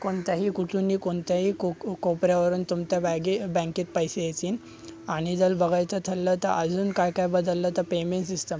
कोणत्याही कुठूनही कोणत्याही को को कोपऱ्यावरून तुमत्या बॅगे बँकेत पैसे येतीन आणि जर बघायचं ठरलं तर अजून काय काय बदललं तर पेमेंट सिस्टम